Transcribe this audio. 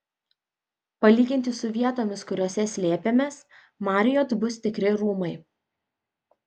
palyginti su vietomis kuriose slėpėmės marriott bus tikri rūmai